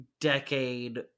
decade